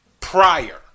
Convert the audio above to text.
prior